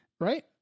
Right